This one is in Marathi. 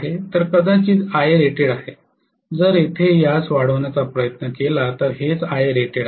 तर कदाचित हे Iarated आहे जर येथे यास वाढवण्याचा प्रयत्न केला तर हेच Iarated आहे